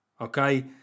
okay